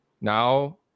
Now